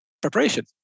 preparation